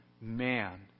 man